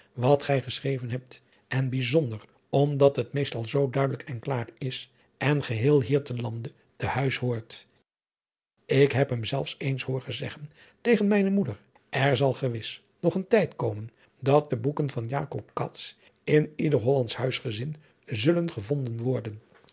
wat gij geschreven hebt en bijzonder omdat het meestal zoo duidelijk en klaar is en geheel hier te lande te huis hoort ik heb hem zelfs eens hooren zeggen tegen mijne moeder er zal gewis nog een tijd komen dat de boeken van jacob cats in ieder hollandsch huisgezin zullen gevonden worden